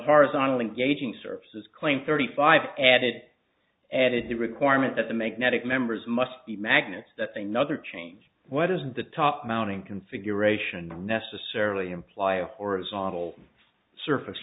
horizontal engaging services claim thirty five added added the requirement that the magnetic members must be magnets that they no other change what is the top mounting configuration necessarily imply a horizontal surface